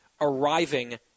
arriving